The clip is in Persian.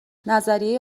نظریه